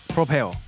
Propel